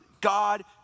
God